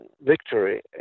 victory